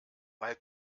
weil